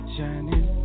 Shining